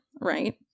Right